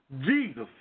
Jesus